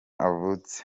avutse